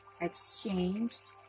exchanged